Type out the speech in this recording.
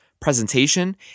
presentation